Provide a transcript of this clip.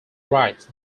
writes